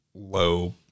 low